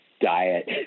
diet